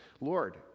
lord